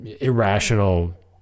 irrational